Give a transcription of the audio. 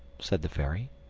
said the fairy.